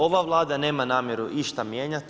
Ova Vlada nema namjeru išta mijenjati.